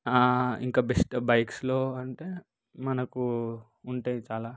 ఇంకా బెస్ట్ బైక్స్లో అంటే మనకు ఉంటాయి చాలా